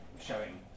showing